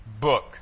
book